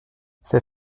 ses